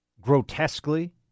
grotesquely